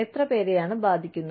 എത്ര പേരെയാണ് ബാധിക്കുന്നത്